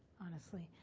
honestly.